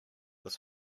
this